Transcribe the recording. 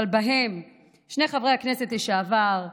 אבל בהם שני חברי הכנסת לשעבר,